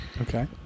Okay